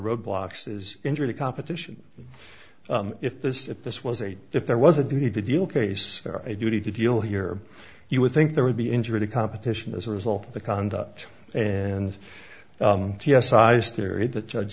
roadblocks is injury to competition if this if this was a if there was a duty to deal case a duty to deal here you would think there would be injury to competition as a result of the conduct and size theory that judge